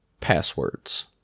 passwords